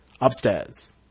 upstairs